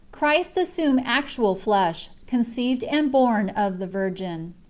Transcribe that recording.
christ assumed actual flesh, conceived and born of the virgin.